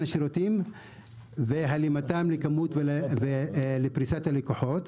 השירותים והלימתם לכמות ולפרישת הלקוחות",